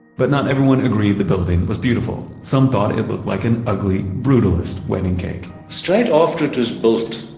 but not everyone agreed the building was beautiful. some thought it looked like an ugly, brutalist wedding cake. straight after it was built,